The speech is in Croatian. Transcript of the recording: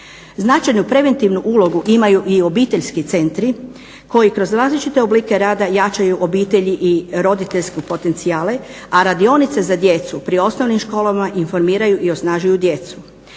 Značajnu, preventivnu ulogu imaju i obiteljski centri koji kroz različite oblike rada jačaju obitelji i roditeljske potencijale, a radionice za djecu pri osnovnim školama informiraju i osnažuju djecu.